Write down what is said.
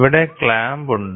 ഇവിടെ ക്ലാമ്പ് ഉണ്ട്